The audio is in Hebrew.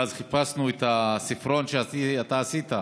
ואז חיפשנו את הספרון שאתה עשית,